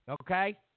Okay